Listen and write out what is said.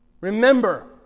Remember